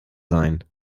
sein